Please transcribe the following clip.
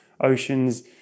oceans